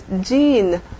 gene